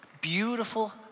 beautiful